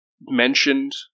mentioned